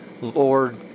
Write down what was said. Lord